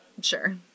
Sure